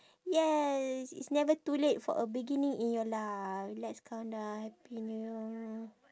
yes it's never too late for a beginning in your life let's count down happy new